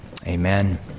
Amen